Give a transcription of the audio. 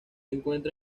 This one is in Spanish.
encuentra